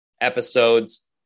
episodes